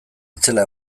itzela